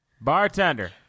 Bartender